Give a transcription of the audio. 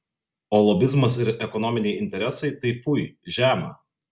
o lobizmas ir ekonominiai interesai tai fui žema